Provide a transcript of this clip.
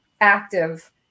active